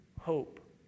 hope